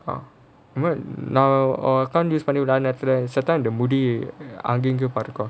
ah நான்:naan account use பண்ணி விளையாடிட்டு இருக்குறப்போ முடி அங்க இங்க பறக்கும்:panni vilaiyaadittu irukurappo mudi anga inga parakum